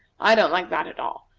i don't like that, at all.